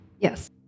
Yes